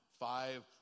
Five